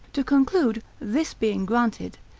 to conclude, this being granted,